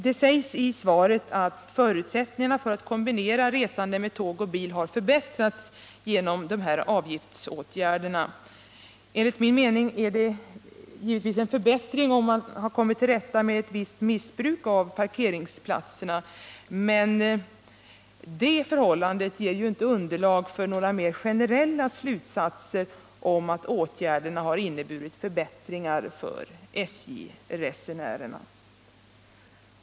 Det sägs i svaret att förutsättningarna för att kombinera tågoch bilresande har förbättrats genom avgiftsåtgärderna. Enligt min mening är det en förbättring att man kommit till rätta med ett visst missbruk av parkeringsplatserna, men det förhållandet ger inte underlag för några generella slutsatser om att åtgärderna har inneburit förbättringar för SJ-resenärerna.